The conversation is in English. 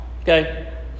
Okay